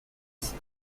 است